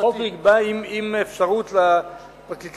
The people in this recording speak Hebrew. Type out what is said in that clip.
החוק יקבע עם אפשרות לפרקליטים,